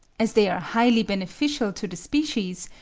as they are highly beneficial to the species,